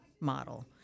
model